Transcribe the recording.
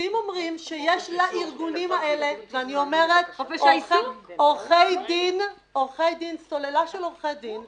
השופטים אומרים שיש לארגונים האלה סוללה של עורכי דין,